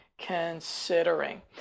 considering